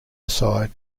aside